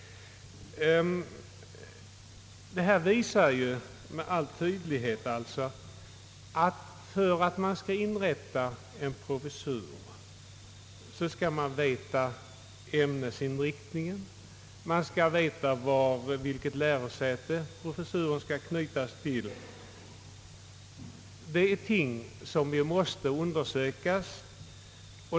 Det visar med all tydlighet att det är nödvändigt när man skall inrätta en professur att veta ämnesinriktningen och vilket lärosäte professuren skall knytas till. Det är ting som måste undersökas.